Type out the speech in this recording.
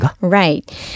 Right